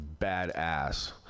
badass